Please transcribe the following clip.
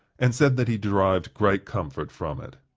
and said that he derived great comfort from it.